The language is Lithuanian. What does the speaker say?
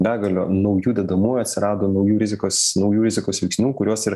begalė naujų dedamųjų atsirado naujų rizikos naujų rizikos veiksnių kuriuos ir